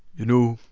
you know,